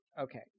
okay